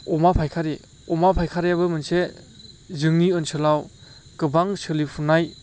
अमा फायखारि अमा फायखारियाबो मोनसे जोंनि ओनसोलाव गोबां सोलिफुनाय